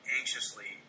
anxiously